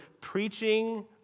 preaching